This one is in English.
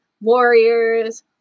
warriors